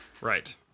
Right